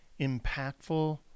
impactful